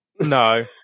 no